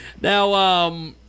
Now